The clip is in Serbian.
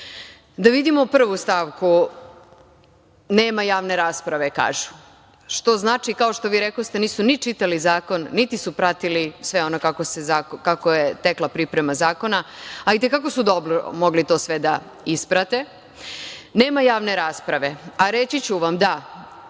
vidimo prvu stavku, nema javne rasprave, kažu, što znači da, kao što vi rekoste, nisu ni čitali zakon, niti su pratili sve ono kako je tekla priprema zakona, ali i te kako su dobro mogli to sve da isprate. Nema javne rasprave. Reći ću vam da